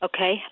Okay